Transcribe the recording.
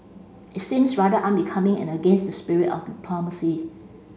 it seems rather unbecoming and against the spirit of diplomacy